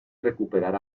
recuperar